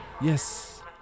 yes